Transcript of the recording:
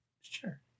Sure